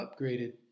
upgraded